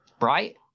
Right